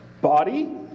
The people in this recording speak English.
body